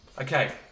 Okay